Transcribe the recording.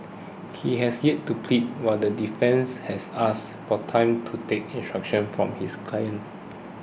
he has yet to plead while the defence has asked for time to take instructions from his client